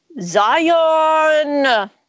Zion